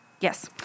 Yes